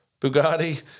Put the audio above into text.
Bugatti